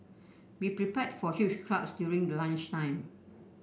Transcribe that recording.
be prepared for huge crowds during the lunch time